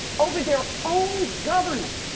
over their own government,